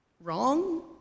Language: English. wrong